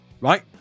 Right